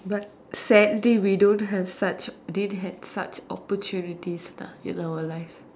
but sadly we don't have such didn't have such opportunities lah in our life